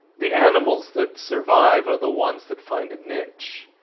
the animals that survive are the ones that find a niche